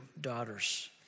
daughters